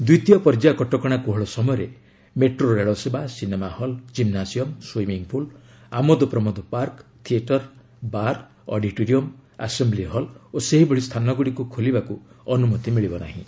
ଦ୍ୱିତୀୟ ପର୍ଯ୍ୟାୟ କଟକଣା କୋହଳ ସମୟରେ ମେଟ୍ରୋ ରେଳସେବା ସିନେମା ହଲ୍ କ୍ରିମ୍ବାସିୟମ୍ ସୁଇମିଂପୁଲ୍ ଆମୋଦପ୍ରମୋଦ park theatre bar auditorium assembly hall ଓ ସେହିଭଳି ସ୍ଥାନଗୁଡ଼ିକୁ ଖୋଲିବାକୁ ଅନୁମତି ମିଳିବ ନାହିଁ